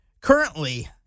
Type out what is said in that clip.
currently